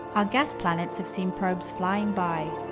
our gas planets have seen probes flying by.